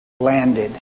landed